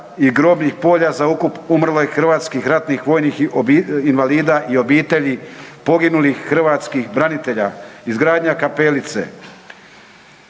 i grobnih polja za ukop umrlih hrvatskih ratnih vojnih invalida i obitelji poginulih hrvatskih branitelja, izgradnja kapelice.